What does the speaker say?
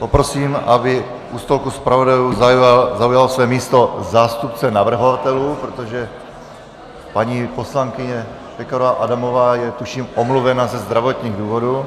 Poprosím, aby u stolku zpravodajů zaujal své místo zástupce navrhovatelů, protože paní poslankyně Pekarová Adamová je tuším omluvena ze zdravotních důvodů.